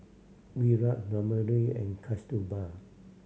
Virat Ramdev and Kasturba